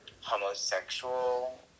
homosexual